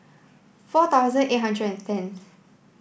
four thousand eight hundred tenth